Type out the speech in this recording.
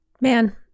Man